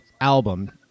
album